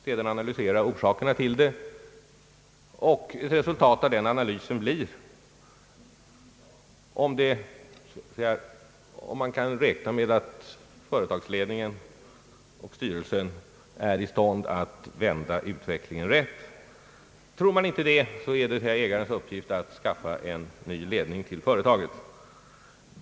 Sedan analyseras orsakerna till det, och resultatet av analysen ger svar på om man kan räkna med att företagsledningen och styrelsen är i stånd att vrida utvecklingen rätt. Tror man inte det är ägarens uppgift att skaffa ny ledning till företaget.